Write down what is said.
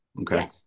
Okay